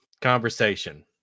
conversation